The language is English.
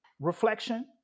reflection